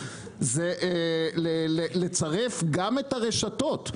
זה לצרף גם את הרשתות,